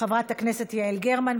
חברת הכנסת יעל גרמן.